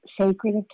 sacred